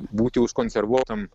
būti užkonservuotam